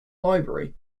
library